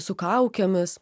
su kaukėmis